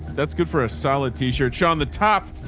that's good for a solid t-shirt shot on the top.